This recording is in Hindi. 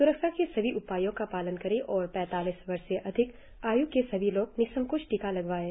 स्रक्षा के सभी उपायों का पालन करें और पैतालीस वर्ष से अधिक आय् के सभी लोग निसंकोच टीका लगवाएं